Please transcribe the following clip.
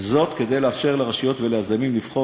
וזאת כדי לאפשר לרשויות וליזמים לבחור